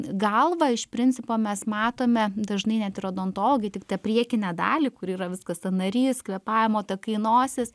galvą iš principo mes matome dažnai net ir odontologai tik tą priekinę dalį kur yra viskas sąnarys kvėpavimo takai nosis